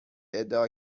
ادعا